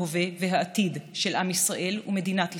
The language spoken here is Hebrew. ההווה והעתיד של עם ישראל ומדינת ישראל,